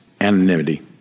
anonymity